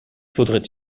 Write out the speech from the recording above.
faudrait